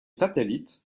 satellites